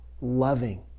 loving